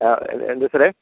ആ എ എന്താ സാറേ